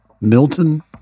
Milton